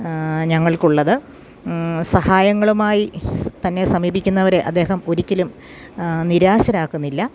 ഞങ്ങൾക്കുള്ളത് സഹായങ്ങളുമായി തന്നെ സമീപിക്കുന്നവരെ അദ്ദേഹം ഒരിക്കലും നിരാശരാക്കുന്നില്ല